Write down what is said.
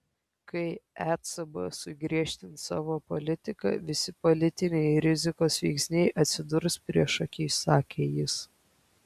kai ecb sugriežtins savo politiką visi politiniai rizikos veiksniai atsidurs priešaky sakė jis